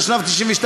התשנ"ב 1992,